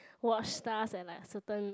watch stars at like certain